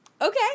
Okay